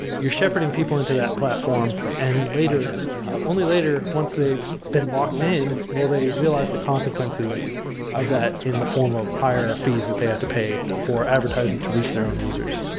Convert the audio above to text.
you're shepherding people into that platform and then later only later, once they've been locked in, will they realize the consequences of that in the form of higher fees that they had to pay for advertising to reach their own users